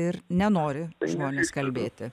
ir nenori žmonės kalbėti